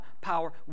power